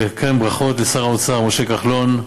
וכן ברכות לשר האוצר משה כחלון,